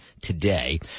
today